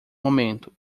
momento